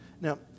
Now